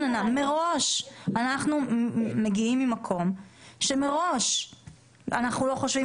אנחנו מגיעים ממקום שמראש אנחנו לא חושבים